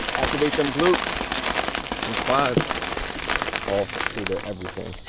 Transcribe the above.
activate them glutes and quads all cicada everything